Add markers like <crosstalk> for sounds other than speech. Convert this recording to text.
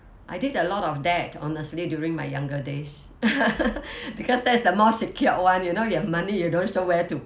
I did a lot of that honestly during my younger days <laughs> because that's the more secured one you know you have money you don't show where to